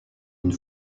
une